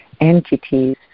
entities